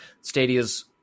Stadia's